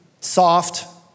soft